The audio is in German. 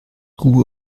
ruhe